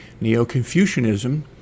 Neo-Confucianism